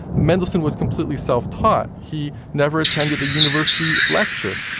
mendelssohn was completely self-taught he never attended a university lecture.